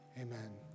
Amen